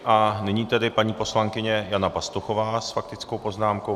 A nyní tedy paní poslankyně Jana Pastuchová s faktickou poznámkou.